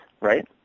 right